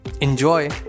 Enjoy